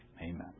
Amen